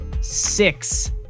six